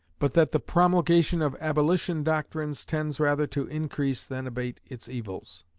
but that the promulgation of abolition doctrines tends rather to increase than abate its evils.